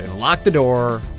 lock the door